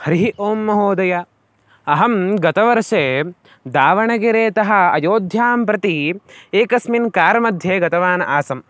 हरिः ओम् महोदय अहं गतवर्षे दावणगेरेतः अयोध्यां प्रति एकस्मिन् कार् मध्ये गतवान् आसम्